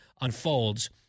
unfolds